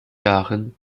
darin